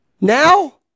Now